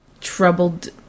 troubled